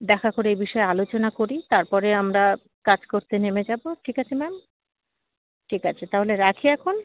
দেখা করে এই বিষয়ে আলোচনা করি তারপরে আমরা কাজ করতে নেমে যাবো ঠিক আছে ম্যাম ঠিক আছে তাহলে রাখি এখন